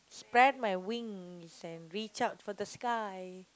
spread my wings and reach out for the sky